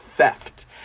Theft